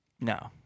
No